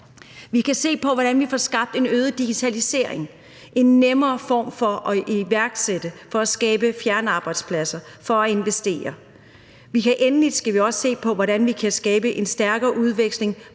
Vi kan se på, hvordan vi får skabt en øget digitalisering, en nemmere form for at iværksætte, for at skabe fjernarbejdspladser, for at investere. Endelig skal vi også se på, hvordan vi kan skabe en stærkere udveksling